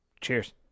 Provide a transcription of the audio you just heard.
Cheers